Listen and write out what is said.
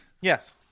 yes